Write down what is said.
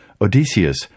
Odysseus